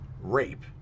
rape